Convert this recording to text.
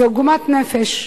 זה עוגמת נפש,